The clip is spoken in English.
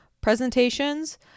presentations